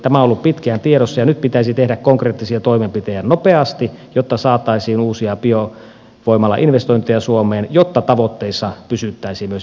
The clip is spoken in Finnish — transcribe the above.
tämä on ollut pitkään tiedossa ja nyt pitäisi tehdä konkreettisia toimenpiteitä nopeasti jotta saataisiin uusia biovoimalainvestointeja suomeen jotta tavoitteissa pysyttäisiin myös energiapolitiikassa